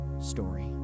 story